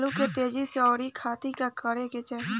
आलू के तेजी से अंकूरण खातीर का करे के चाही?